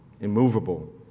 immovable